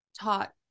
taught